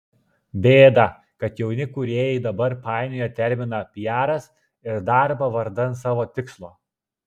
bėda kad jauni kūrėjai dabar painioja terminą piaras ir darbą vardan savo tikslo